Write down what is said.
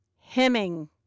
hemming